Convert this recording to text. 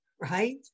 right